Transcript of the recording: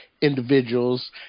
individuals